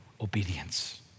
obedience